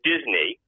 Disney